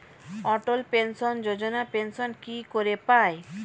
অটল pension যোজনা pension কি করে পায়?